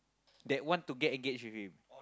that want to get engaged with you